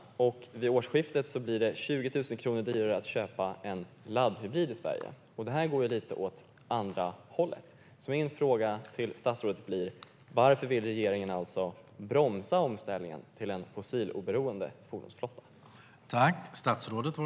Vid årsskiftet blir det 20 000 kronor dyrare att köpa en laddhybrid i Sverige. Det går lite åt andra hållet. Min fråga till statsrådet blir: Varför vill regeringen bromsa omställningen till en fossiloberoende fordonsflotta?